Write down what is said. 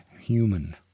human